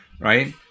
right